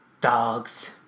dogs